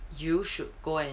you should go and